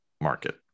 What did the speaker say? market